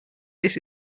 this